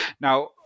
now